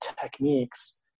techniques